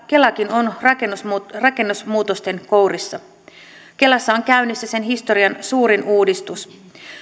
kelakin on rakennemuutosten kourissa kelassa on käynnissä sen historian suurin uudistus